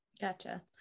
Gotcha